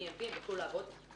ה-EMV הם יוכלו לעבוד?